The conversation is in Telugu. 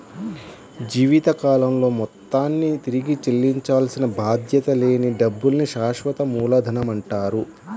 జీవితకాలంలో మొత్తాన్ని తిరిగి చెల్లించాల్సిన బాధ్యత లేని డబ్బుల్ని శాశ్వత మూలధనమంటారు